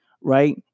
right